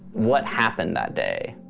what happened that day?